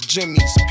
Jimmy's